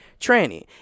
tranny